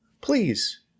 please